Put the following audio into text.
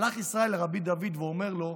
הלך ישראל לרבי דוד ואומר לו: